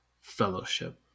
fellowship